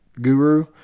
Guru